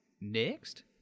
Next